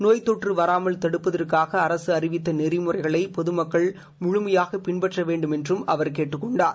நோய் தொற்று வரமல் தடுப்பதற்காக அரசு அறிவித்த நெறிமுறைகளை பொதுமக்கள் முழுமையாக பின்பற்ற வேண்டுமென்றும் அவர் கேட்டுக் கொண்டார்